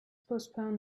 postpone